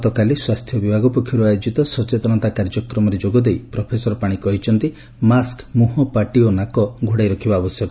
ଗତକାଲି ସ୍ୱାସ୍ଥ୍ୟ ବିଭାଗ ପକ୍ଷରୁ ଆୟୋକିତ ସଚେତନତା କାର୍ଯ୍ୟକ୍ରମରେ ଯୋଗଦେଇ ପ୍ରଫେସର ପାଣି କହିଛନ୍ତି ମାସ୍କ ମୁହଁ ପାଟି ଏବଂ ନାକ ଘୋଡ଼ାଇ ରଖିବା ଆବଶ୍ୟକ